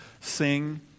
sing